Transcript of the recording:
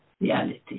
reality